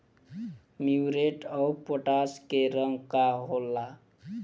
Muriate of potash के रंग का होला?